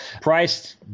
priced